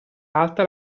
alta